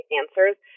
answers